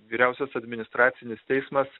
vyriausias administracinis teismas